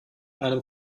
einem